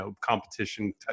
competition